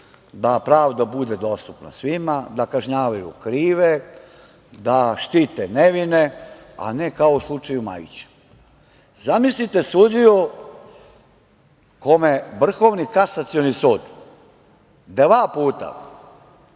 da pravda bude dostupna svima, da kažnjavaju krive, da štite nevine, a ne kao u slučaju Majića. Zamislite sudiju kome je Vrhovni kasacioni sud dva puta